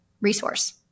resource